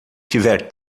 tiver